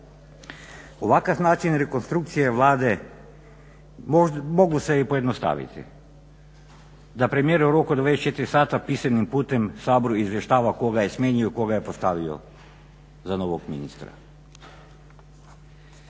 Ovakav način rekonstrukcije Vlade mogu se i pojednostaviti. Da premijer u ruku 24h pisanim putem Saboru izvještava tko ga je smijenio, tko ga je postavio za novog ministra.